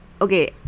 Okay